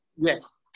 Yes